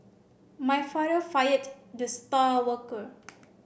my father fired the star worker